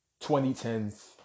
2010s